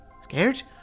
Scared